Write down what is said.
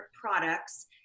products